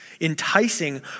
Enticing